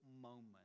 moment